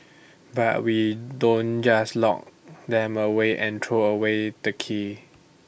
but we don't just lock them away and throw away the key